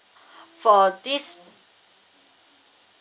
for this